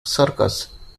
circus